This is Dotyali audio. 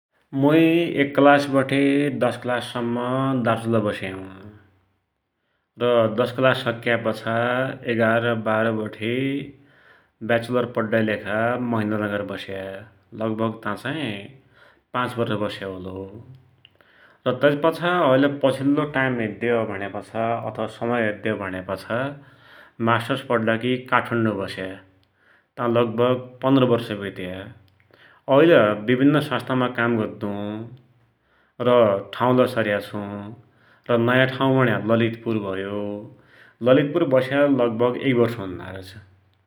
मुइ एक क्लासबठे दश क्लाससम्म दार्चुला बस्या हुँ । र दश क्लास सक्या पाछा एघार बाह्र बठे व्याचुलर पड्डकी लेखा महेन्द्रनगर वस्या लगभग ता चाही पाँच वर्ष बस्याहोलो, र तै पाछा पछिल्लो टाइम हेद्यौ भुण्यापाछा अथवा समय हेद्यौ भुण्यापाछा मास्टस्स पड्डाकी काठमांडौ बस्या, ता लगभग पन्ध्र वर्ष वित्या, ऐल विभिन्न सस्ंथामा काम गद्दु र ठाउँलै सर्या छुँ, नयाँ ठाउँ भुण्या ललितपुर भयो, र ललितपुर बस्या लगभग एक वर्ष हुन्लाछ ।